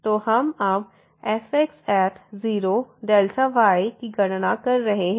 तो हम अब fx0y की गणना कर रहे हैं